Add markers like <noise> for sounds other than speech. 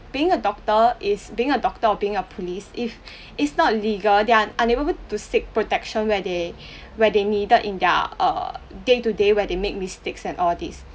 being a doctor is being a doctor or being a police if it's not legal they are unable to seek protection where they <breath> where they needed in their err day to day where they make mistakes and all these